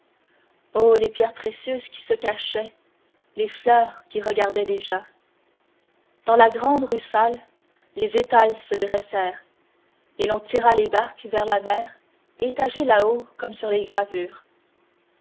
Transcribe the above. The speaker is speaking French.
oh les pierres précieuses qui se cachaient les fleurs qui regardaient déjà dans la grande rue sale les étals se dressèrent et l'on tira les barques vers la mer étagée là-haut comme sur les gravures